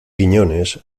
quiñones